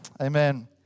Amen